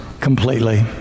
completely